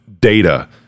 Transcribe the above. data